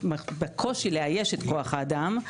בקושי לאייש את כוח האדם,